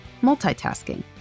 multitasking